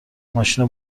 ماشینو